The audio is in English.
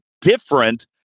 different